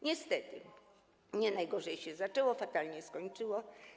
Niestety, nie najgorzej się zaczęło, ale fatalnie skończyło.